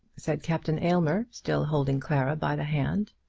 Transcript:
said captain aylmer, still holding clara by the hand.